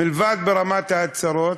מלבד ברמת ההצהרות,